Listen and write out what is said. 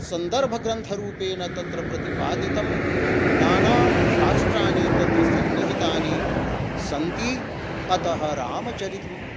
सन्दर्भग्रन्थरूपेण तत्र प्रतिपादितं नानाशास्त्राणि तत्र सन्निहितानि सन्ति अतः रामचरितं